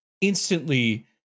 instantly